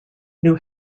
new